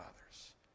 others